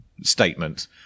statement